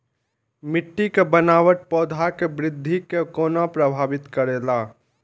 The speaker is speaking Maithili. मिट्टी के बनावट पौधा के वृद्धि के कोना प्रभावित करेला?